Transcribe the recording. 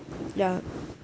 ya